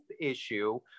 issue